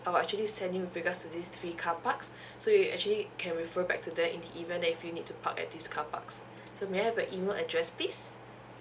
I will actually send you with regards to these three carparks so you actually can refer back to there in the event if you need to park at these carparks so may I have your email address please